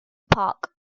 park